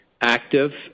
active